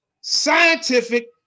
scientific